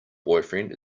boyfriend